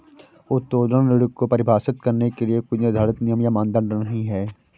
उत्तोलन ऋण को परिभाषित करने के लिए कोई निर्धारित नियम या मानदंड नहीं है